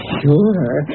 sure